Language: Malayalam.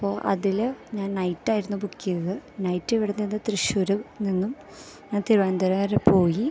അപ്പോൾ അതില് ഞാൻ നയിറ്റ് ആയിരുന്നു ബുക്ക് ചെയ്തത് നയിറ്റ് ഇവിടെ നിന്ന് തൃശ്ശൂര് നിന്നും ഞാൻ തിരുവനന്തപുരം വരെ പോയി